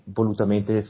volutamente